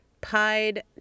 pied